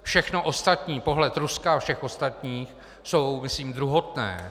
Všechno ostatní, pohled Ruska a všech ostatních, je myslím druhotné.